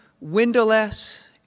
windowless